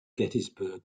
gettysburg